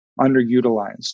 underutilized